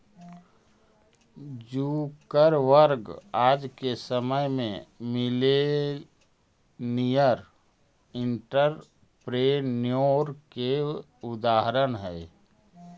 Zuckerberg आज के समय में मिलेनियर एंटरप्रेन्योर के उदाहरण हई